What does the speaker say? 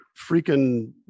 freaking